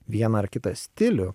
vieną ar kitą stilių